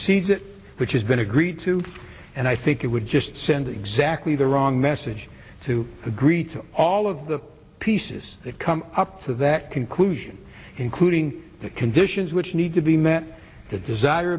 it which has been agreed to and i think it would just send exactly the wrong message to agree to all of the pieces that come up to that conclusion including the conditions which need to be met the desir